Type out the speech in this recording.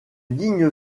digne